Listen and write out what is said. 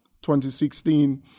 2016